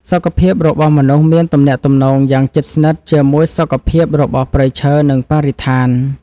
សុខភាពរបស់មនុស្សមានទំនាក់ទំនងយ៉ាងជិតស្និទ្ធជាមួយសុខភាពរបស់ព្រៃឈើ និងបរិស្ថាន។